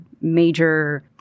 major